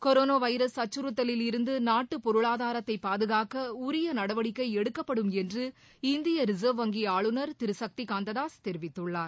corona virus அச்சுறுத்தலில் இருந்து நாட்டு பொருளாதாரத்தை பாதுகாக்க உரிய நடவடிக்கை எடுக்கப்படும் என்று இந்திய ரிசர்வ் வங்கி ஆளுநர் திரு சக்தி காந்ததாஸ் தெரிவித்துள்ளார்